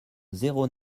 zéro